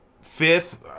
fifth